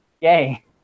yay